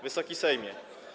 Wysoki Sejmie!